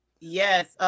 Yes